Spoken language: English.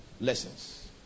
lessons